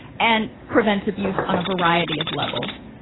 and prevents abuse on a variety of levels